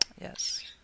Yes